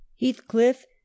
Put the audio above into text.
Heathcliff